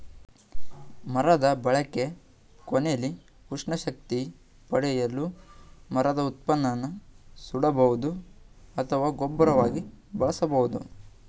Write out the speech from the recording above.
ಮರದ ಬಳಕೆ ಕೊನೆಲಿ ಉಷ್ಣ ಶಕ್ತಿ ಪಡೆಯಲು ಮರದ ಉತ್ಪನ್ನನ ಸುಡಬಹುದು ಅಥವಾ ಗೊಬ್ಬರವಾಗಿ ಬಳಸ್ಬೋದು